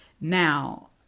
Now